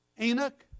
Enoch